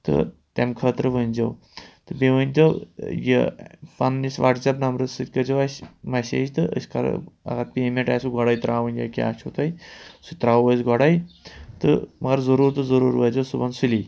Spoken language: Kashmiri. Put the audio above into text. تہٕ تَمہِ خٲطرٕ ؤنۍزیو تہٕ بیٚیہِ ؤنۍتو یہِ پنٛنِس وَٹسیپ نمبرٕ سۭتۍ کٔرۍزیو اَسہِ مَسیج تہٕ أسۍ کَرو اگر پیمٮ۪نٛٹ آسِوٕ گۄڈَے ترٛاوٕنۍ یا کیٛاہ چھُو تۄہہِ سُہ تہِ ترٛاوَو أسۍ گۄڈَے تہٕ مگر ضٔروٗر تہٕ ضٔروٗر روزیو صُبحَن سُلی